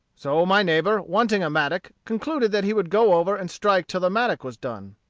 so my neighbor, wanting a mattock, concluded that he would go over and strike till the mattock was done.